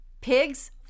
pigs